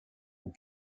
aux